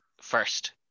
first